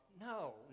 No